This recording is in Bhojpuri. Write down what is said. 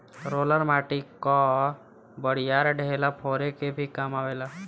रोलर माटी कअ बड़ियार ढेला फोरे के भी काम आवेला